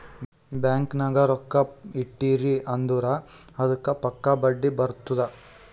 bank ನಾಗ್ ರೊಕ್ಕಾ ಇಟ್ಟಿರಿ ಅಂದುರ್ ಅದ್ದುಕ್ ಪಕ್ಕಾ ಬಡ್ಡಿ ಬರ್ತುದ್